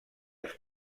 els